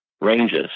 ranges